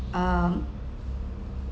um